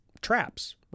Traps